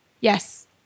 Yes